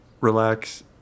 relax